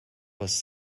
was